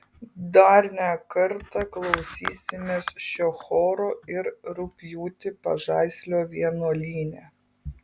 dar ne kartą klausysimės šio choro ir rugpjūtį pažaislio vienuolyne